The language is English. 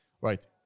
Right